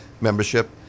membership